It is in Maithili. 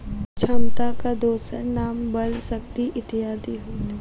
क्षमताक दोसर नाम बल, शक्ति इत्यादि होइत अछि